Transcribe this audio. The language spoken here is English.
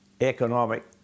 economic